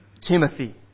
Timothy